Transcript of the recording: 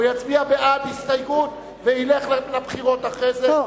או יציע הסתייגות וילך לבחירות אחרי זה.